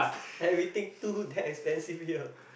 everything too damn expensive here